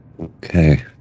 Okay